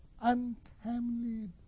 untimely